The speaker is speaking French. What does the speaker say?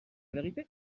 vérité